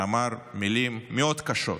שאמר מילים קשות מאוד,